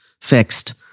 fixed